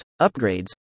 upgrades